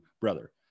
brother